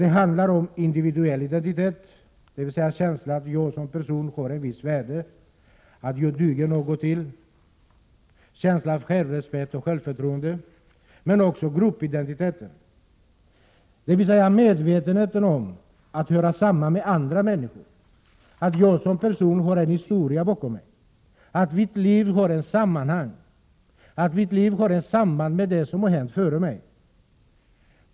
Det handlar både om individuell identitet — dvs. känslan av att jag som person har ett visst värde, att jag duger något till, och känslan av självrespekt och självförtroende — och om gruppidentiteten — dvs. medvetenheten om att jag hör samman med andra människor, att jag inte är historielös, att mitt liv har ett samband med det som har hänt tidigare.